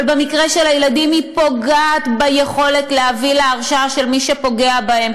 אבל במקרה של הילדים היא פוגעת ביכולת להביא להרשעה של מי שפוגע בהם.